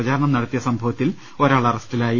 പ്രചാരണം നടത്തിയ സംഭവത്തിൽ ഒരാൾ അറസ്റ്റിലായി